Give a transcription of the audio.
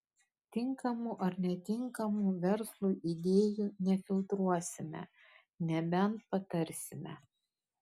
tinkamų ar netinkamų verslui idėjų nefiltruosime nebent patarsime